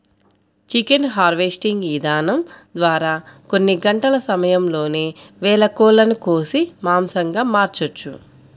chicken harvesting ఇదానం ద్వారా కొన్ని గంటల సమయంలోనే వేల కోళ్ళను కోసి మాంసంగా మార్చొచ్చు